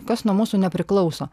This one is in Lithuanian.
kas nuo mūsų nepriklauso